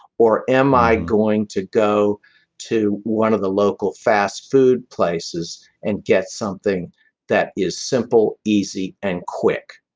or am i going to go to one of the local fast food places and get something that is simple, easy, and quick?